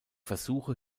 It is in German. versuche